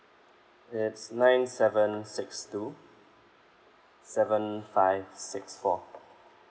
it's nine seven six two seven five six four